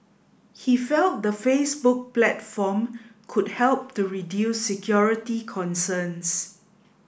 he felt the Facebook platform could help to reduce security concerns